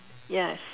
yes